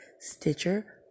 Stitcher